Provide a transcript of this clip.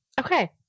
Okay